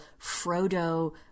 Frodo